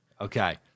Okay